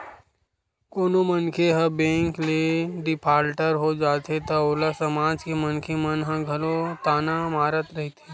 कोनो मनखे ह बेंक ले डिफाल्टर हो जाथे त ओला समाज के मनखे मन ह घलो ताना मारत रहिथे